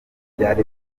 byari